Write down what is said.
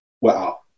Wow